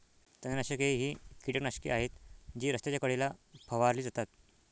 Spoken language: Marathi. तणनाशके ही कीटकनाशके आहेत जी रस्त्याच्या कडेला फवारली जातात